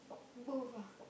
both ah